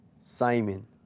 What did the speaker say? Simon